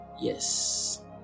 Yes